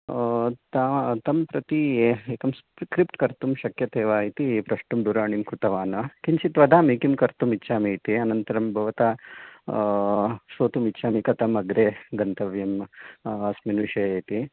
त तं प्रति एकं स्क्रिप्ट् कर्तुं शक्यते वा इति प्रष्टुं दूरवाणीं कृतवान् किञ्चित् वदामि किं कर्तुम् इच्छामि इति अनन्तरं भवतः श्रोतुम् इच्छामि कथम् अग्रे गन्तव्यम् अस्मिन् विषये इति